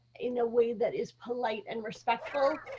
in a way that is polite and respectful.